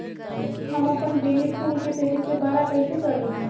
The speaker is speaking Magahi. हम अपन बेली फुल के तेज़ी से बरा कईसे करी?